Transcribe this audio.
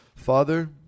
Father